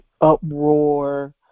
uproar